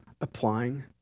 Applying